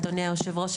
אדוני היושב-ראש,